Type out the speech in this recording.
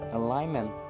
alignment